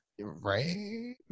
Right